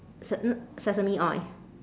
se~ n~ sesame oil